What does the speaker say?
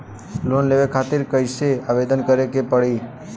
Loan लेवे खातिर कइसे आवेदन करें के पड़ी?